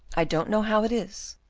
i don't know how it is,